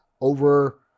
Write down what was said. over